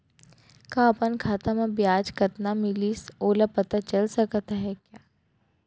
का अपन खाता म ब्याज कतना मिलिस मोला पता चल सकता है?